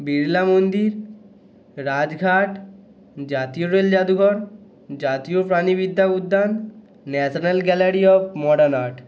বিড়লা মন্দির রাজঘাট জাতীয় রেল জাদুঘর জাতীয় প্রাণিবিদ্যা উদ্যান national gallery of modern art